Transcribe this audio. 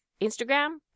Instagram